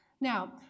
Now